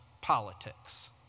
politics